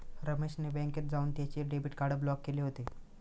रमेश ने बँकेत जाऊन त्याचे डेबिट कार्ड ब्लॉक केले होते